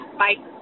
bye